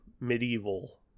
medieval